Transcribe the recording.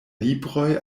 libroj